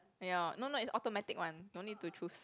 ya no no is automatic one no need to choose